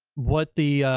what the,